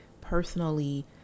personally